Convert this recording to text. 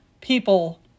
people